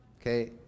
Okay